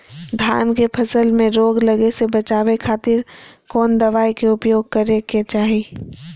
धान के फसल मैं रोग लगे से बचावे खातिर कौन दवाई के उपयोग करें क्या चाहि?